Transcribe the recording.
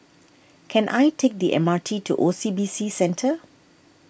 can I take the M R T to O C B C Centre